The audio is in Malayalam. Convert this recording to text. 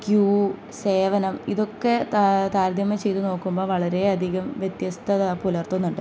ക്യൂ സേവനം ഇതൊക്കെ താരതമ്യം ചെയ്ത് നോക്കുമ്പോൾ വളരെയധികം വ്യത്യസ്ത പുലർത്തുന്നുണ്ട്